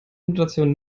notation